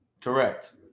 Correct